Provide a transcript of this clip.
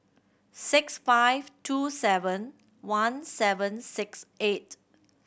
six five two seven one seven six eight